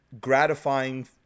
gratifying